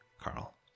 Carl